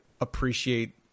appreciate